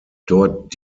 dort